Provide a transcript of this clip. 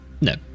no